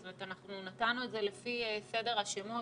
זאת אומרת אנחנו נתנו לפי סדר השמות,